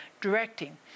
directing